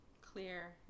clear